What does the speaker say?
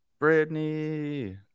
Britney